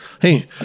hey